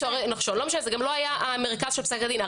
זה גם לא היה המרכז של ספק הדין,